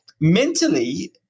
Mentally